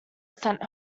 sent